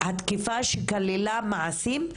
התקיפה שכללה מעשים,